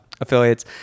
affiliates